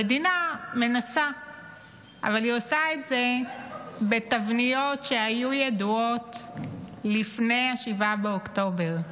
המדינה מנסה אבל היא עושה את זה בתבניות שהיו ידועות לפני 7 באוקטובר.